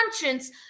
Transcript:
conscience